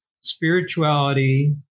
Spirituality